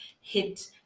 hit